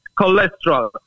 cholesterol